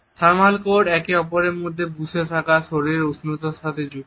thermal code একে অপরের মধ্যে বুঝতে পারা শরীরের উষ্ণতার সাথে যুক্ত